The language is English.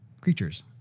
creatures